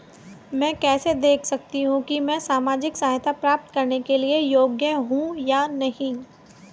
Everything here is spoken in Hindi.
मैं कैसे देख सकती हूँ कि मैं सामाजिक सहायता प्राप्त करने के योग्य हूँ या नहीं?